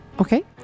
okay